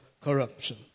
corruption